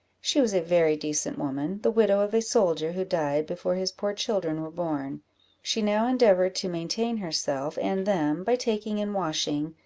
she was a very decent woman, the widow of a soldier, who died before his poor children were born she now endeavoured to maintain herself and them by taking in washing,